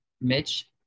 Mitch